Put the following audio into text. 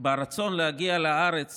ברצון להגיע לארץ